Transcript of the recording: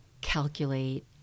calculate